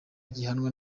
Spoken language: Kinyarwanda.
gihanwa